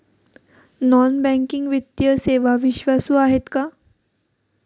Non banking वित्तीय सेवा विश्वासू आहेत का?